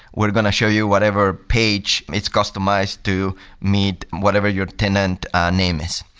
we're going to show you whatever page it's customized to meet whatever your tenant name is.